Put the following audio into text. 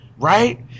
right